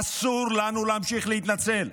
אסור לנו להמשיך להתנצל.